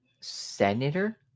Senator